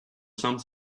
some